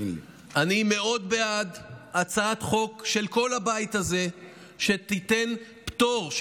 אני מאוד בעד הצעת חוק של כל הבית הזה שתיתן פטור,